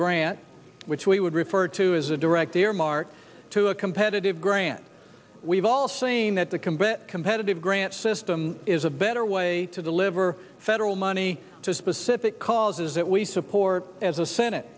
grant which we would refer to as a direct earmark to a competitive grant we've all saying that the combat competitive grant system is a better way to deliver federal money to specific causes that we support as a senate